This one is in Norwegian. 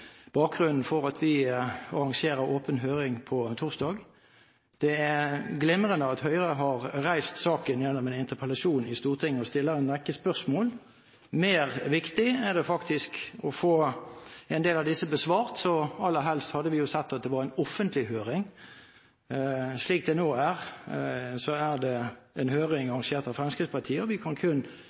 bakgrunnen for at vi arrangerer åpen høring på torsdag. Det er glimrende at Høyre har reist saken gjennom en interpellasjon i Stortinget, og stiller en rekke spørsmål. Mer viktig er det å få en del av disse besvart, så aller helst hadde vi sett at det var en offentlig høring. Slik det nå er, er det en høring arrangert av Fremskrittspartiet, og vi kan kun